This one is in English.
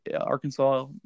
Arkansas